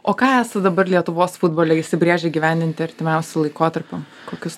o ką dabar lietuvos futbole įsibrėžę įgyvendinti artimiausiu laikotarpiu kokius